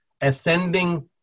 ascending